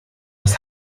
das